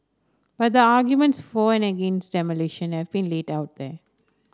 but the arguments for and against demolition have been laid out there